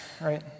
right